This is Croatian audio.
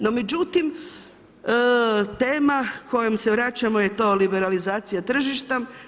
No međutim, tema kojom se vraćamo je to liberalizacija tržišta.